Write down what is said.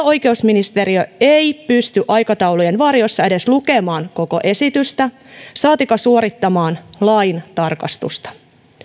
oikeusministeriö ei pysty aikataulujen varjossa edes lukemaan koko esitystä saatikka suorittamaan laintarkastusta